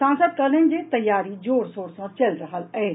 सांसद कहलनि जे तैयारी जोर शोर सँ चलि रहल अछि